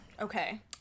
Okay